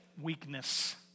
weakness